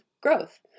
growth